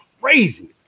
crazy